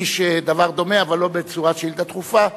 הגיש דבר דומה אבל לא בצורת שאילתא דחופה.